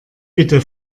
bitte